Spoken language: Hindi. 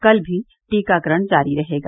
कल भी टीकाकरण जारी रहेगा